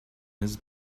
his